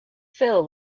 phil